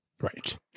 Right